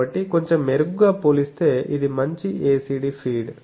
కాబట్టి కొంచెం మెరుగ్గా పోలిస్తే ఇది మంచి ACD ఫీడ్